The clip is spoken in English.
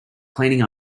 cleaning